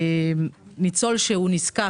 ניצול שהוא נזקק,